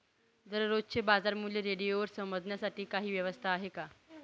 दररोजचे बाजारमूल्य रेडिओवर समजण्यासाठी काही व्यवस्था आहे का?